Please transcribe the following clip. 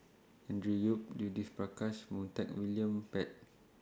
Andrew Yip Judith Prakash Montague William Pett